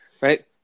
Right